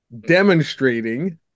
demonstrating